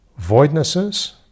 voidnesses